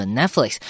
Netflix